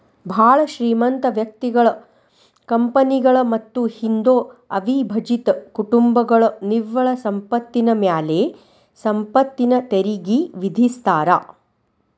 ಭಾಳ್ ಶ್ರೇಮಂತ ವ್ಯಕ್ತಿಗಳ ಕಂಪನಿಗಳ ಮತ್ತ ಹಿಂದೂ ಅವಿಭಜಿತ ಕುಟುಂಬಗಳ ನಿವ್ವಳ ಸಂಪತ್ತಿನ ಮ್ಯಾಲೆ ಸಂಪತ್ತಿನ ತೆರಿಗಿ ವಿಧಿಸ್ತಾರಾ